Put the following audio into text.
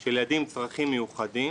של ילדים עם צרכים מיוחדים